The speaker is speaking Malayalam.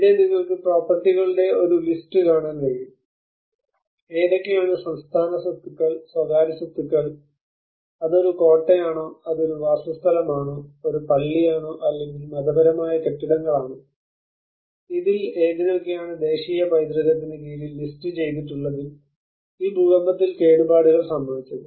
ഇവിടെ നിങ്ങൾക്ക് പ്രോപ്പർട്ടികളുടെ ഒരു ലിസ്റ്റ് കാണാൻ കഴിയും ഏതൊക്കെയാണ് സംസ്ഥാന സ്വത്തുക്കൾ സ്വകാര്യ സ്വത്തുക്കൾ അത് ഒരു കോട്ടയാണോ അത് ഒരു വാസസ്ഥലമാണോ ഒരു പള്ളിയാണോ അല്ലെങ്കിൽ മതപരമായ കെട്ടിടങ്ങളാണോ ഇതിൽ ഏതിനൊക്കെയാണ് ദേശീയ പൈതൃകത്തിന് കീഴിൽ ലിസ്റ്റുചെയ്തിട്ടുള്ളതിൽ ഈ ഭൂകമ്പത്തിൽ കേടുപാടുകൾ സംഭവിച്ചത്